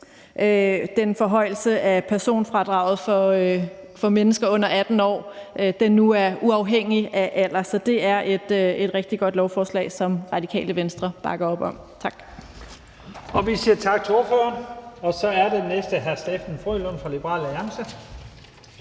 den forhøjelse af personfradraget for mennesker under 18 år, som nu gør det uafhængigt af alder. Så det er et rigtig godt lovforslag, som Radikale Venstre bakker op om. Tak.